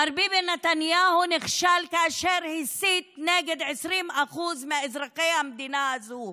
מר ביבי נתניהו נכשל כאשר הסית נגד 20% מאזרחי המדינה הזאת,